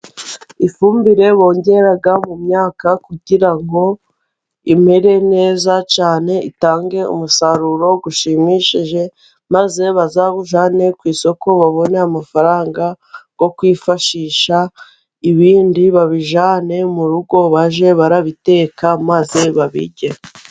Ifumbire bongera mu myaka kugira ngo imere neza cyane, itange umusaruro ushimishije maze bazawujyane ku isoko, babone amafaranga yo kwifashisha, ibindi babijyane mu rugo bajye barabiteka maze babirye.